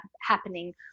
happening